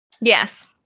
Yes